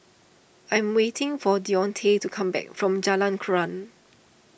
I'm waiting for Deontae to come back from Jalan Krian